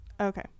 Okay